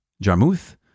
Jarmuth